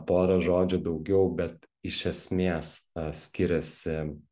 pora žodžių daugiau bet iš esmės skiriasi